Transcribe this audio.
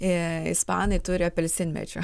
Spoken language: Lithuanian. ispanai turi apelsinmedžių